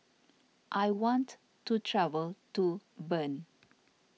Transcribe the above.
I want to travel to Bern